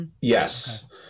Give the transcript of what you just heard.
yes